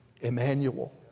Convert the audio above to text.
Emmanuel